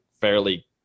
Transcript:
fairly